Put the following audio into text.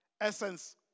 essence